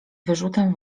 wyrzutem